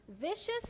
vicious